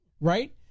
right